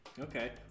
Okay